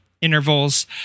intervals